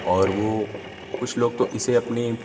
और वो कुछ लोग तो इसे अपनी